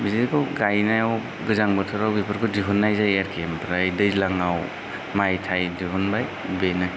बिदिखौ गायनायाव गोजां बोथोराव बेफोरखौ दिहुननाय जायो आरोखि ओमफ्राय दैज्लाङाव माइ थाइ दिहुनबाय बेनो